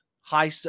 high